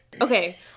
okay